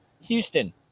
Houston